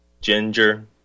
ginger